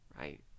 right